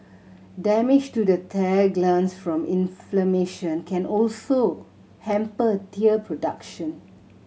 damage to the tear glands from inflammation can also hamper tear production